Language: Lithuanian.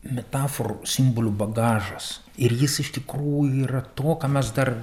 metaforų simbolių bagažas ir jis iš tikrųjų yra to ką mes dar